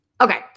Okay